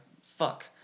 fuck